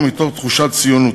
ממרוקו, מתוך תחושת ציונות.